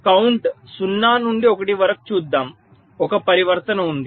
count 0 నుండి 1 వరకు చూద్దాం ఒక పరివర్తన ఉంది